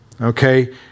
Okay